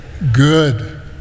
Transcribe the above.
Good